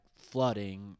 flooding